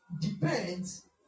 depends